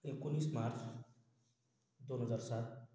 एकोणीस मार्च दोन हजार सात